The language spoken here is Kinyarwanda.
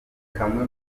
kamwe